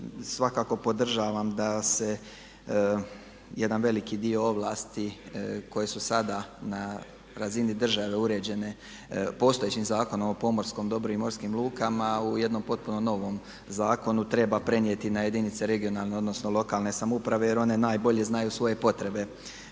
svakako podržavam da se jedan veliki dio ovlasti koje su sada na razini države uređene, postojećim Zakonom o pomorskom dobru i morskim lukama u jednom potpuno novom zakonu treba prenijeti na jedinice regionalne, odnosno lokalne samouprave jer one najbolje znaju svoje potrebe